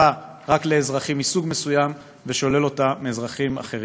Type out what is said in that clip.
רק לאזרחים מסוג מסוים ושולל אותה מאזרחים אחרים.